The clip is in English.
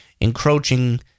encroaching